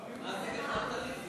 מה זה גח"לטניזם?